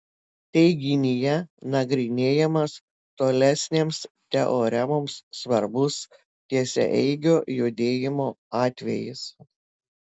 teiginyje nagrinėjamas tolesnėms teoremoms svarbus tiesiaeigio judėjimo atvejis